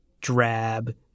drab